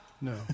No